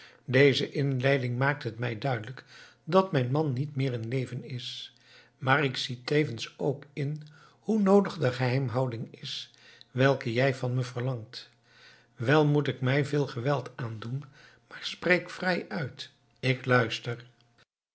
deze inleiding maakt het mij duidelijk dat mijn man niet meer in leven is maar ik zie tevens ook in hoe noodig de geheimhouding is welke jij van me verlangt wel moet ik mij veel geweld aandoen maar spreek vrij uit ik luister